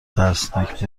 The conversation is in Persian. ترسناک